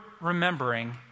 remembering